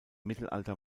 mittelalter